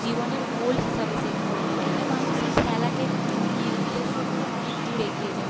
জীবনের গোল হিসাবে সেট করে নেয় একটা মানুষ খেলাকের নিয়ে উদ্দেশ্য করে অনেক দূর এগিয়ে যায়